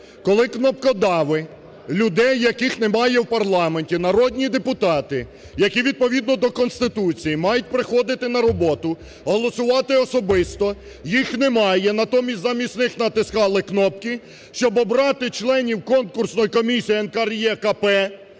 Коли кнопкодави, людей, яких немає в парламенті, народні депутати, які відповідно до Конституції мають приходити на роботу, голосувати особисто їх немає, натомість, замість них натискали кнопки, щоб обрати членів конкурсної комісії НКРЕКП,